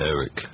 Eric